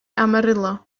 amarillo